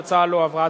ההצעה לא עברה.